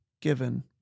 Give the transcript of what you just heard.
given